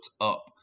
up